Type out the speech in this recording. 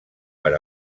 per